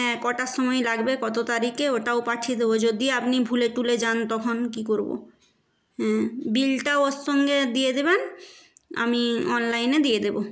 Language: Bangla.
হ্যাঁ কটার সময় লাগবে কত তারিখে ওটাও পাঠিয়ে দেব যদি আপনি ভুলে টুলে যান তখন কী করব হ্যাঁ বিলটা ওর সঙ্গে দিয়ে দেবেন আমি অনলাইনে দিয়ে দেব